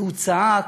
והוא צעק: